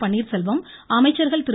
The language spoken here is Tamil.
பன்னீர்செல்வம் அமைச்சர்கள் திரு